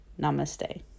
Namaste